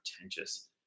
pretentious